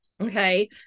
Okay